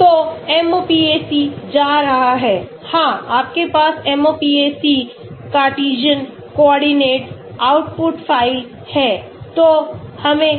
तो MOPAC जा रहा है हाँ आपके पास MOPAC Cartesian coordinate output file हैतो हमें